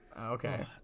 Okay